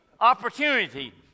opportunity